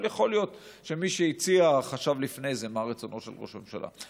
אבל יכול להיות שמי שהציע חשב לפני זה מה רצונו של ראש הממשלה,